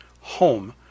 home